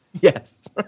Yes